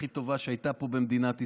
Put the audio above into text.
הכי טובה שהייתה פה במדינת ישראל.